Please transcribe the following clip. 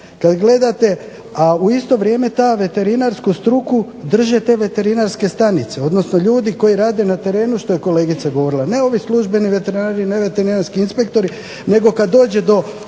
kad gledate, a u isto vrijeme tu veterinarsku struku drže te veterinarske stanice, odnosno ljudi koji rade na terenu što je kolegica govorila, ne ovi službeni veterinari, ne veterinarski inspektori nego kad dođe do